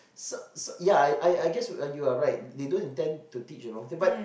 some some ya ya they teach the wrong thing